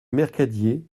mercadier